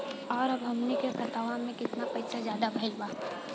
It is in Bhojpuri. और अब हमनी के खतावा में कितना पैसा ज्यादा भईल बा?